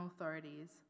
authorities